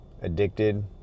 addicted